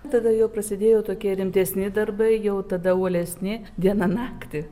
tada jau prasidėjo tokie rimtesni darbai jau tada uolesni dieną naktį